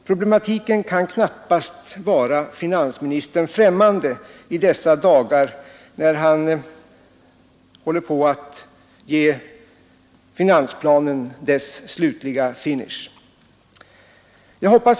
Problematiken kan knappast vara finansministern främmande i dessa dagar, när han håller på att ge finansplanen dess slutliga finish. Fru talman!